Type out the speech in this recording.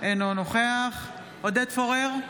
אינו נוכח עודד פורר,